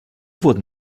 wurden